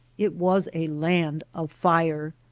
it was a land of fire.